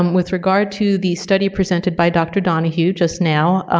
um with regard to the study presented by dr. donahue just now,